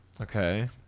Okay